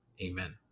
amen